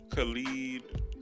Khalid